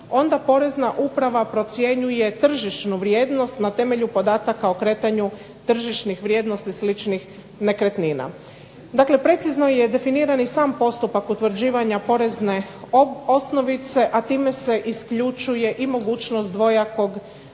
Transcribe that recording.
onda porezna uprava procjenjuje tržišnu vrijednost na temelju podataka o kretanju tržišnih vrijednosti sličnih nekretnina. Dakle precizno je definiran i sam postupak utvrđivanja porezne osnovice, a time se isključuje i mogućnost dvojakog tumačenja